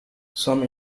some